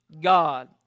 God